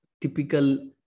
typical